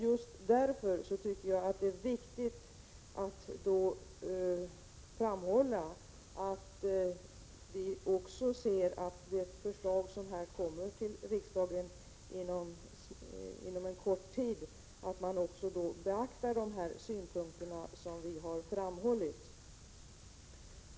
Just därför tycker jag att det är viktigt att understryka att man i det förslag som inom kort kommer till riksdagen bör beakta de synpunkter som vi har framhållit.